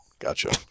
Gotcha